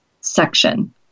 section